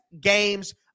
games